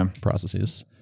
processes